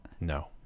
no